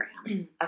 Okay